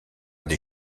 des